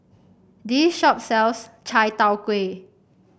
this shop sells Chai Tow Kway